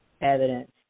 evidence